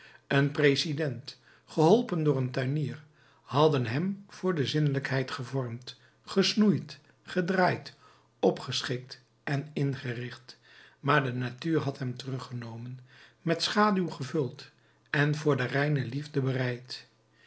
een president geholpen door een tuinier hadden hem voor de zinnelijkheid gevormd gesnoeid gedraaid opgeschikt en ingericht maar de natuur had hem teruggenomen met schaduw gevuld en voor de reine liefde bereid